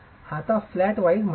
आता flat wise म्हणजे काय